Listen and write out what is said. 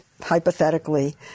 hypothetically